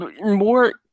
more